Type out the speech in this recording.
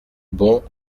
bon